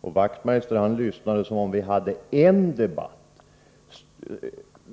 Knut Wachtmeister uppfattade det som om vi hade haft en debatt.